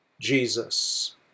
Jesus